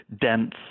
dense